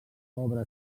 obra